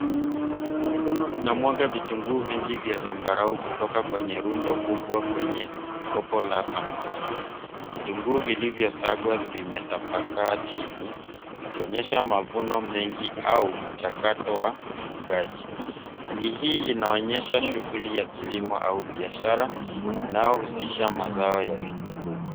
Mikono inamwaga vitunguu vingi vya zambarau kutoka kwenye rundo kubwa kwenye kopo la samawati. Vitunguu vilivyosagwa vimetapakaa chini ,ikionyesha mavuno mengi au mchakato wa ufungaji. Hali hii inaonyesha shughuli ya kilimo au biashara, inayohusisha mazao ya vitunguu.